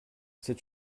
c’est